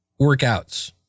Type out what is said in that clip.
workouts